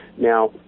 Now